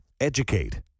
educate